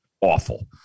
awful